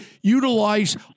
utilize